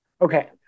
Okay